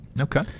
Okay